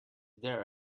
there